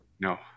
No